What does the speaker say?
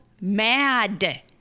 mad